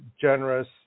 generous